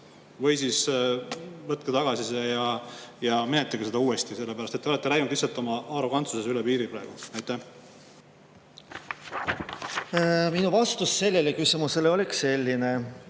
Või siis võtke see tagasi ja menetlege uuesti, sellepärast et te olete läinud oma arrogantsuses üle piiri. Minu vastus sellele küsimusele oleks selline.